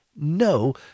no